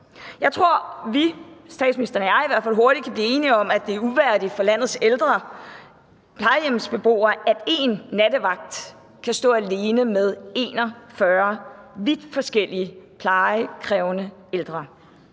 Jeg tror, at vi – statsministeren og jeg – i hvert fald hurtigt kan blive enige om, at det er uværdigt for landets ældre plejehjemsbeboere, at én nattevagt kan stå alene med 41 vidt forskellige plejekrævende ældre.